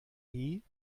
nie